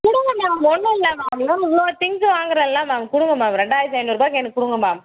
கொடுங்க மேம் ஒன்னுமில்லை ma'am ma'am இவ்வளோ திங்ஸ் வாங்குகிறேன்ல மேம் கொடுங்க மேம் ரெண்டாயிரத்தி ஐந்நூறுபாய்க்கு எனக்கு கொடுங்க மேம்